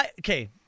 Okay